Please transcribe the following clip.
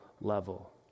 level